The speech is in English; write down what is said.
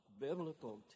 biblical